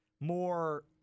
more